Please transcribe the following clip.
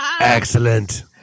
excellent